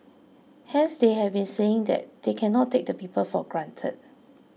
hence they have been saying they cannot take the people for granted